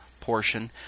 portion